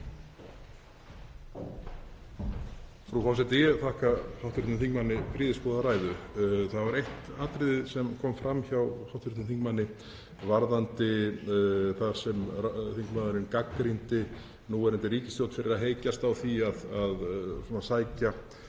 Frú forseti. Ég þakka hv. þingmanni prýðisgóða ræðu. Það var eitt atriði sem kom fram hjá hv. þingmanni þar sem þingmaðurinn gagnrýndi núverandi ríkisstjórn fyrir að heykjast á því að sækja